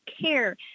care